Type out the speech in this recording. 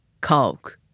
Coke